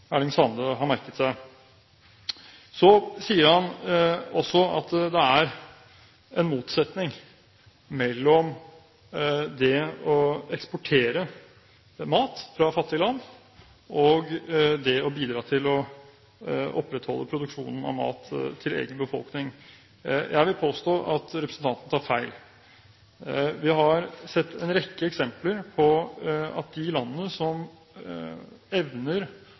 Erling Sande ha merket seg. Han sier også at det er en motsetning mellom det å eksportere mat fra fattige land og det å bidra til å opprettholde produksjonen av mat til egen befolkning. Jeg vil påstå at representanten tar feil. Vi har sett en rekke eksempler på at de landene i den fattige delen av verden som evner